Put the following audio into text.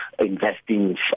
investing